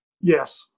Yes